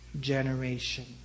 generation